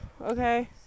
okay